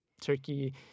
Turkey